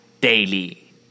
daily